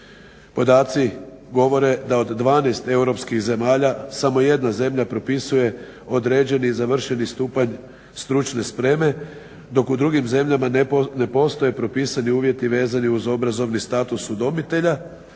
podaci govore da od 12 europskih zemalja samo 1 zemlja propisuje određeni i završeni stupanj stručne spreme, dok u drugim zemljama ne postoje propisani uvjeti vezani uz obrazovni status udomitelja.